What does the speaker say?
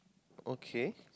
okay